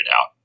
out